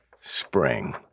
spring